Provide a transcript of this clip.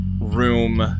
room